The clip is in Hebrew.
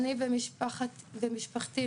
אני ומשפחתי,